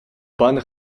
bonnes